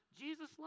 Jesus